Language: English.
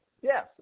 Yes